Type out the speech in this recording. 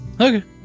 Okay